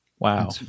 Wow